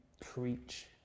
preach